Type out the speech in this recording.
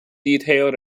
detailed